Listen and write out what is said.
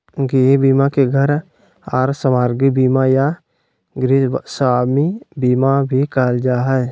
गृह बीमा के घर आर सामाग्री बीमा या गृहस्वामी बीमा भी कहल जा हय